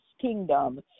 kingdom